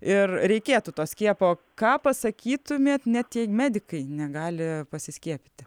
ir reikėtų to skiepo ką pasakytumėt net jei medikai negali pasiskiepyti